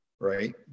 Right